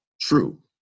true